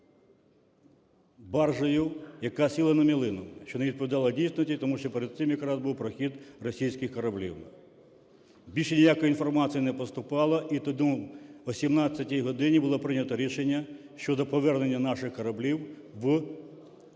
баржею, яка сіла на мілину, що не відповідало дійсності, тому що перед цим якраз був прохід російських кораблів. Більше ніякої інформації не поступало, і тому о 17 годині було прийнято рішення щодо повернення наших кораблів в пункт